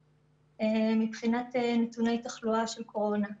מבחינת נתוני תחלואה של קורונה,